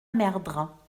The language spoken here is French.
merdre